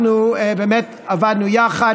אנחנו באמת עבדנו יחד.